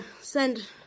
send